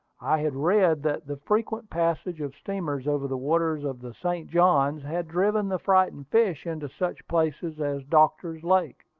i had read that the frequent passage of steamers over the waters of the st. johns had driven the frightened fish into such places as doctor's lake.